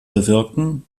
bewirken